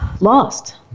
lost